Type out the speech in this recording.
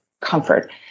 comfort